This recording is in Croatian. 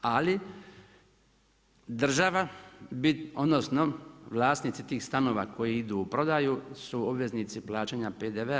Ali država bi, odnosno vlasnici tih stanova koji idu u prodaju su obveznici plaćanja PDV-a.